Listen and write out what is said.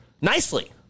nicely